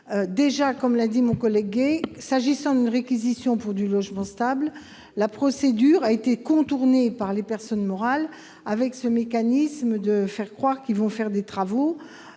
utile. Comme l'a dit mon collègue Fabien Gay, s'agissant d'une réquisition pour du logement stable, la procédure a été contournée par les personnes morales grâce à une mécanique simple : faire croire qu'elles vont faire des travaux